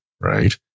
Right